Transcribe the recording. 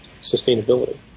sustainability